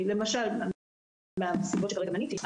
למשל מהסיבות שכרגע מניתי,